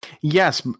Yes